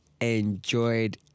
enjoyed